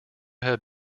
have